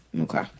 Okay